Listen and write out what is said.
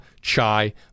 chai